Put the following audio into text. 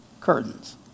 curtains